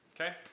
Okay